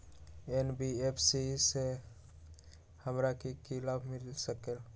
NBFC से हमार की की लाभ मिल सक?